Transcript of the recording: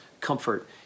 comfort